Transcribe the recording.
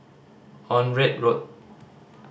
Onraet Road